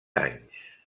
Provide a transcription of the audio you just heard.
anys